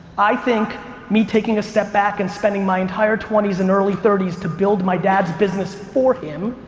i think me taking a step back and spending my entire twenty s and early thirty s to build my dad's business for him,